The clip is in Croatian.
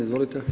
Izvolite.